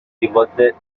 devoted